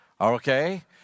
okay